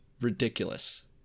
Ridiculous